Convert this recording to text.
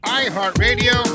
iHeartRadio